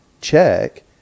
check